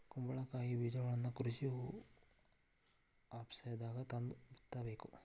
ಕುಂಬಳಕಾಯಿ ಬೇಜಗಳನ್ನಾ ಕೃಷಿ ಆಪೇಸ್ದಾಗ ತಂದ ಬಿತ್ತಬೇಕ